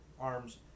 arms